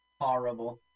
Horrible